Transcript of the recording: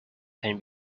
can